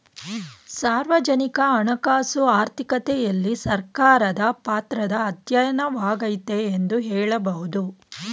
ಸಾರ್ವಜನಿಕ ಹಣಕಾಸು ಆರ್ಥಿಕತೆಯಲ್ಲಿ ಸರ್ಕಾರದ ಪಾತ್ರದ ಅಧ್ಯಯನವಾಗೈತೆ ಎಂದು ಹೇಳಬಹುದು